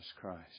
Christ